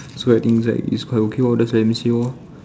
so I think it's like it's quite okay lor that's why I miss you lor